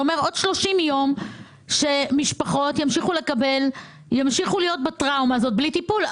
זה אומר עוד 30 יום שהמשפחות ימשיכו להיות בטראומה בלי לקבל טיפול.